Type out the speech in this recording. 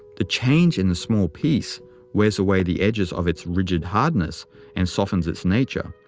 the change in the small piece wears away the edges of its rigid hardness and softens its nature,